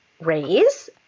raise